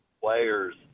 players